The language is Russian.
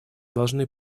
должны